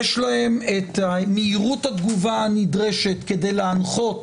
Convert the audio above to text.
יש להן מהירות התגובה הנדרשת כדי להנחות